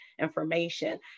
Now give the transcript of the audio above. information